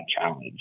challenge